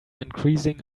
increasing